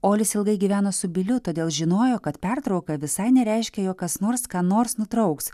olis ilgai gyveno su biliu todėl žinojo kad pertrauka visai nereiškia jog kas nors ką nors nutrauks